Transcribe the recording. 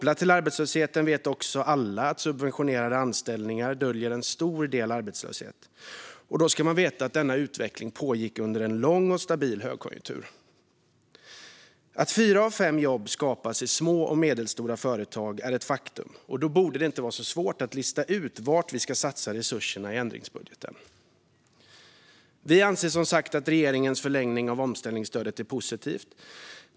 Alla vet också att subventionerade anställningar döljer en stor del av arbetslösheten. Och då ska man veta att denna utveckling pågick under en lång och stabil högkonjunktur. Att fyra av fem jobb skapas i små och medelstora företag är ett faktum. Då borde det inte vara så svårt att lista ut var vi ska satsa resurserna i ändringsbudgeten. Vi anser som sagt att regeringens förlängning av omställningsstödet är positivt.